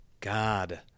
God